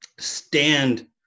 stand